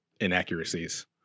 inaccuracies